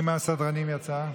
מי מהסדרנים יצא?